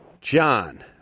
John